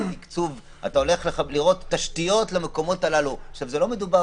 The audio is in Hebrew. אתה רואה את התשתיות במקומות האלו ולא מדובר